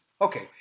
Okay